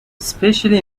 especially